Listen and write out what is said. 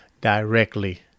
directly